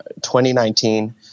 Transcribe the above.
2019